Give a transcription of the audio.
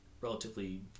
relatively